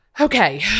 okay